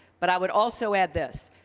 but, i would also add this.